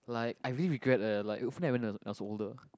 like I really regret leh like if only I went when I was when I was older